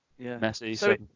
Messi